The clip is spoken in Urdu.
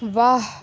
واہ